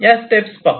या स्टेप पाहू